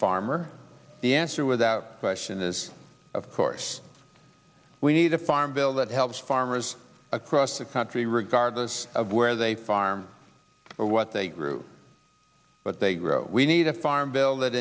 farmer the answer without question is of course we need a farm bill that helps farmers across the country regardless of where they farm or what they grew but they grow we need a farm bill that